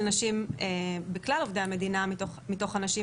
נשים בכלל עובדי המדינה מתוך הנשים,